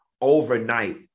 overnight